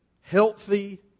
healthy